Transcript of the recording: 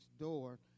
door